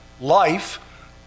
life